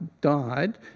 died